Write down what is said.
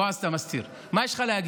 הוא אמר לו: